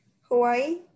hawaii